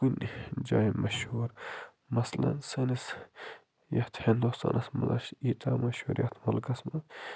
کُنہِ جایہِ مہشوٗر مَثلاً سٲنِس یَتھ ہِندوٗستانَس منٛز ہسا چھِ ییٖتیاہ مہشوٗر یَتھ مُلکس منٛز